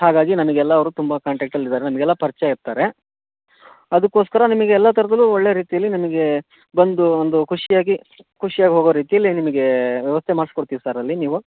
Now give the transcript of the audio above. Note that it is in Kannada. ಹಾಗಾಗಿ ನಮಿಗೆ ಎಲ್ಲ ಅವರು ತುಂಬ ಕಾಂಟ್ಯಾಕ್ಟಲ್ಲಿ ಇದಾರೆ ನಮಗೆಲ್ಲ ಪರಿಚಯ ಇರ್ತಾರೆ ಅದಕ್ಕೋಸ್ಕರ ನಿಮಿಗೆ ಎಲ್ಲ ಥರದಲ್ಲೂ ಒಳ್ಳೆಯ ರೀತಿಯಲ್ಲಿ ನಿಮಗೆ ಬಂದು ಒಂದು ಖುಷಿಯಾಗಿ ಖುಷ್ಯಾಗಿ ಹೋಗೋ ರೀತಿಯಲ್ಲಿ ನಿಮಗೆ ವ್ಯವಸ್ಥೆ ಮಾಡಿಸಿಕೊಡ್ತೀವಿ ಸರ್ ಅಲ್ಲಿ ನೀವು